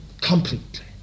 completely